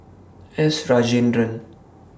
S Rajendran